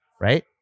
right